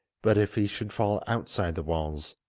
but if he should fall outside the walls,